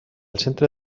centre